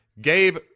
Gabe